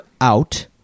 out